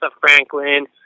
Franklin